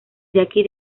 jackie